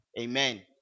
Amen